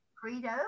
credo